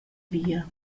via